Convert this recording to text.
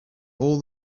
all